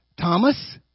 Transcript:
Thomas